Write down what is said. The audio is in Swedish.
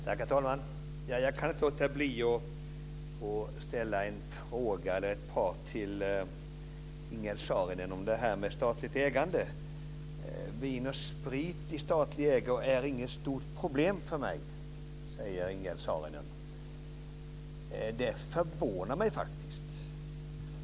Herr talman! Jag kan inte låta bli att ställa ett par frågor till Ingegerd Saarinen om det här med statligt ägande. Vin & Sprit i statlig ägo är inget stort problem för mig, säger Ingegerd Saarinen. Det förvånar mig faktiskt.